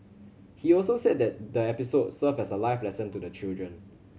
he also said that the episode served as a life lesson to the children